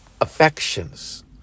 affections